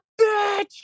bitch